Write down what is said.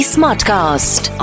Smartcast